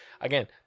Again